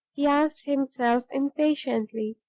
he asked himself, impatiently.